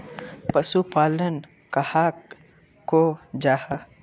पशुपालन कहाक को जाहा?